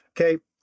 Okay